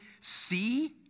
see